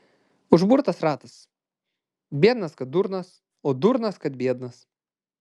užburtas ratas biednas kad durnas o durnas kad biednas